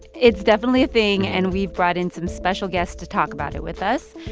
it's definitely a thing, and we've brought in some special guests to talk about it with us.